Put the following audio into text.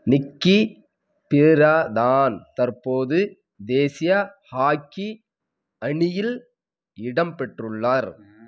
நிக்கி பிரதான் தற்போது தேசிய ஹாக்கி அணியில் இடம் பெற்றுள்ளார்